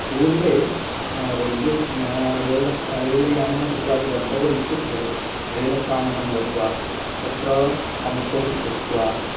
पूर्वे रेलयानेन कुत्रापि गन्तव्यं इत्युक्ते रेलस्थानकं गत्वा तत्र पङ्क्तौ स्थित्वा